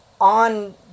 on